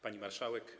Pani Marszałek!